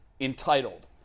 entitled